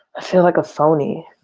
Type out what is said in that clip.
i feel like a phony.